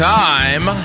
time